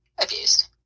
abused